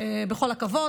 בכל הכבוד,